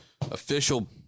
official